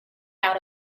out